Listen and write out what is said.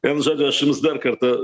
vienu žodžiu aš jums dar kartą